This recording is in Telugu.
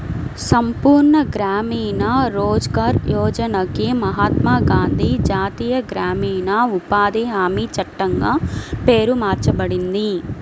సంపూర్ణ గ్రామీణ రోజ్గార్ యోజనకి మహాత్మా గాంధీ జాతీయ గ్రామీణ ఉపాధి హామీ చట్టంగా పేరు మార్చబడింది